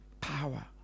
power